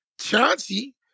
Chauncey